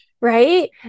Right